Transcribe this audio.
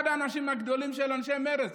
אחד האנשים הגדולים של מרצ,